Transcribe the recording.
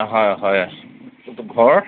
হয় হয় ঘৰ